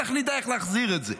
בטח נדע איך להחזיר את זה.